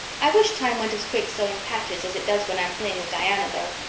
i wish time went as quick sewing patches as it does when i'm playing with diana, though.